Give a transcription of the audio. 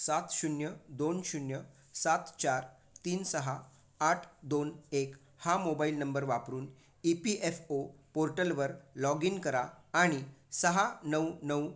सात शून्य दोन शून्य सात चार तीन सहा आठ दोन एक हा मोबाईल नंबर वापरून ई पी एफ ओ पोर्टलवर लॉगइन करा आणि सहा नऊ नऊ